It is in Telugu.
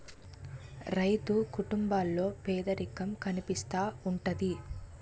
రైతు కుటుంబాల్లో పేదరికం కనిపిస్తా ఉంటది